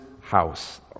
house